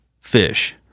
fish